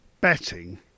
betting